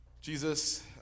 Jesus